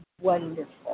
wonderful